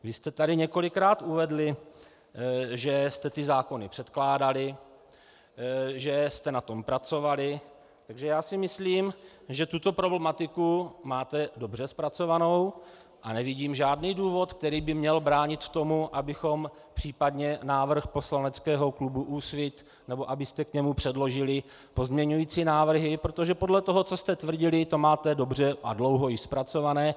Vy jste tady několikrát uvedli, že jste ty zákony předkládali, že jste na tom pracovali, takže já si myslím, že tuto problematiku máte dobře zpracovanou, a nevidím žádný důvod, který by měl bránit tomu, abychom případně návrh poslaneckého klubu Úsvit, nebo abyste k němu předložili pozměňující návrhy, protože podle toho, co jste tvrdili, to máte dobře a dlouho již zpracované.